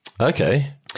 Okay